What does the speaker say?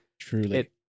Truly